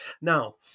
Now